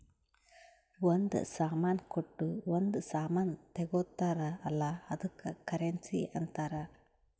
ಒಂದ್ ಸಾಮಾನ್ ಕೊಟ್ಟು ಒಂದ್ ಸಾಮಾನ್ ತಗೊತ್ತಾರ್ ಅಲ್ಲ ಅದ್ದುಕ್ ಕರೆನ್ಸಿ ಅಂತಾರ್